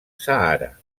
sàhara